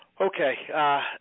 Okay